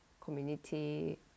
community